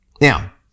Now